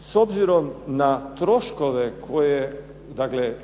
S obzirom na troškove koje, dakle